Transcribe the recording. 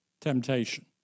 Temptation